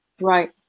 Right